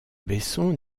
besson